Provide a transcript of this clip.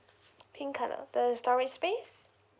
pink colour the storage space